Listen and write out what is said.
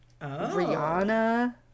Rihanna